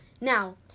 Now